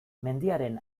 mendiaren